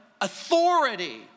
authority